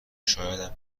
شایدم